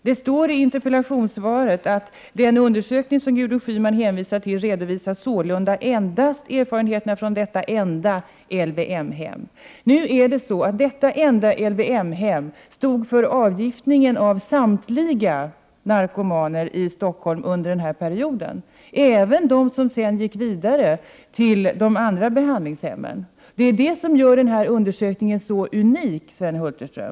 Det heter i interpellationssvaret: ”Den undersökning som Gudrun Schyman hänvisar till redovisar sålunda endast erfarenheterna från detta enda LVM-hem.” Nu är det så att detta enda LVM-hem stod för avgiftningen av samtliga narkomaner i Stockholm under den här perioden, även av dem som sedan gick vidare till de andra behandlingshemmen. Det gör den här undersökningen unik, Sven Hulterström.